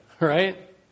right